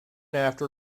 after